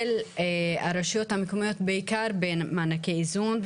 הרשויות המקומיות בעיקר במענקי איזון,